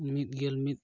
ᱢᱤᱫ ᱜᱮᱞ ᱢᱤᱫ